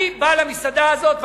אני בא למסעדה הזאת,